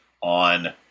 on